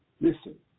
listen